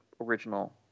original